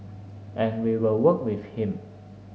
and we will work with him